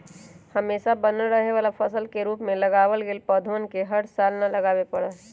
हमेशा बनल रहे वाला फसल के रूप में लगावल गैल पौधवन के हर साल न लगावे पड़ा हई